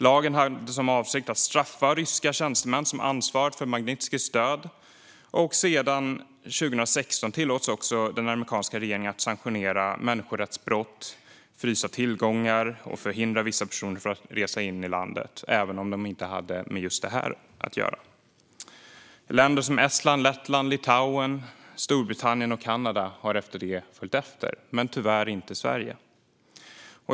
Lagen hade som avsikt att straffa ryska tjänstemän som ansvarat för Magnitskijs död, och sedan 2016 tillåts också den amerikanska regeringen att sanktionera människorättsbrott, frysa tillgångar och förhindra vissa personer från att resa in i landet, även om de inte hade med just det här att göra. Länder som Estland, Lettland, Litauen, Storbritannien och Kanada har efter det följt efter men tyvärr inte Sverige.